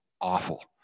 awful